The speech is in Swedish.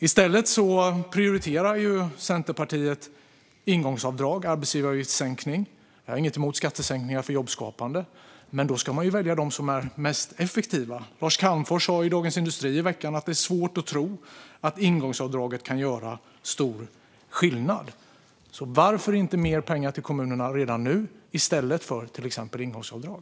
I stället prioriterar Centerpartiet ingångsavdrag, en arbetsgivaravgiftssänkning. Jag har ingenting emot skattesänkningar för jobbskapande. Men då ska man välja dem som är mest effektiva. Lars Calmfors sa i Dagens industri i veckan att "det är svårt att tro att ingångsavdraget kan göra stor skillnad". Varför inte ge mer pengar till kommunerna redan nu, i stället för att införa till exempel ingångsavdrag?